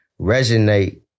resonate